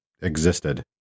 existed